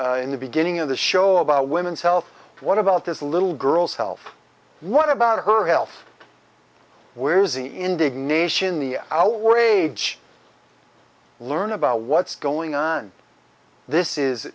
lot in the beginning of the show about women's health what about this little girl's health what about her health where's the indignation the outrage learn about what's going on this is